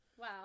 Wow